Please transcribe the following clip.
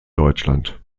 deutschland